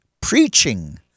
preaching